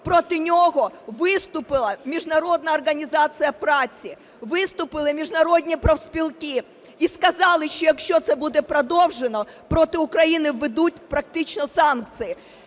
проти нього виступила Міжнародна організація праці, виступили міжнародні профспілки і сказали, що якщо це буде продовжено, проти України введуть практично санкції.